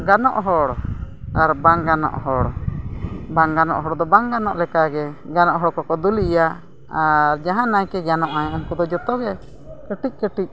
ᱜᱟᱱᱚᱜ ᱦᱚᱲ ᱟᱨ ᱵᱟᱝ ᱜᱟᱱᱚᱜ ᱦᱚᱲ ᱵᱟᱝ ᱜᱟᱱᱚᱜ ᱦᱚᱲ ᱫᱚ ᱵᱟᱝ ᱜᱟᱱᱚᱜ ᱞᱮᱠᱟᱜᱮ ᱜᱟᱱᱚᱜ ᱦᱚᱲ ᱠᱚᱠᱚ ᱫᱩᱞᱟᱭᱟ ᱟᱨ ᱡᱟᱦᱟᱸ ᱱᱟᱭᱠᱮ ᱜᱟᱱᱚᱜᱼᱟᱭ ᱩᱱᱠᱩ ᱫᱚ ᱡᱚᱛᱚᱜᱮ ᱠᱟᱹᱴᱤᱡ ᱠᱟᱹᱴᱤᱡ